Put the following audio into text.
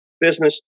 business